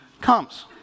comes